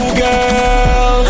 girl